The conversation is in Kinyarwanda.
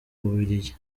bubiligi